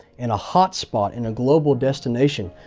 and a hotspot, and a global destination,